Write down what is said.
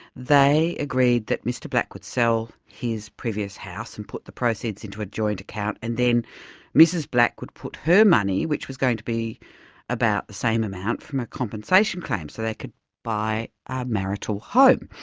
they agreed that mr black would sell his previous house and put the proceeds into a joint account and then mrs black would put her money, which was going to be about the same amount from a compensation claim, so they could buy a marital home,